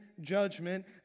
judgment